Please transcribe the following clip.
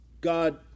God